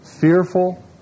Fearful